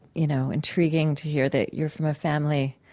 you know, intriguing to hear that you're from a family